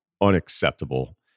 unacceptable